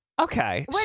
Okay